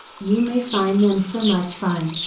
you may find them so much fun,